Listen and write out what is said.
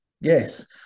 yes